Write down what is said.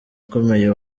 ukomeye